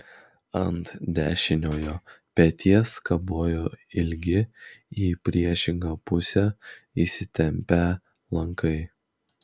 ant dešiniojo peties kabojo ilgi į priešingą pusę įsitempią lankai